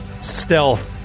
stealth